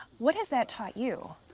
what has that taught you?